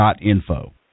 Info